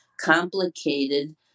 complicated